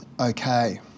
Okay